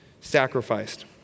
sacrificed